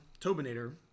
Tobinator